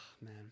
man